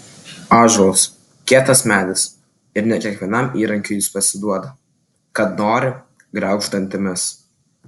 ąžuolas kietas medis ir ne kiekvienam įrankiui jis pasiduoda kad nori graužk dantimis